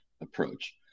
approach